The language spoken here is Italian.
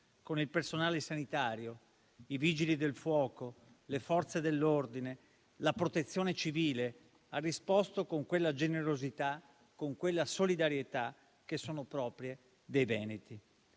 con il personale sanitario, i Vigili del fuoco, le Forze dell'ordine, la Protezione civile, ha risposto con quella generosità e quella solidarietà che sono proprie dei veneti.